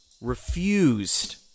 refused